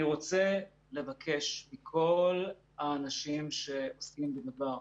אני רוצה לבקש מכל האנשים שעוסקים בדבר: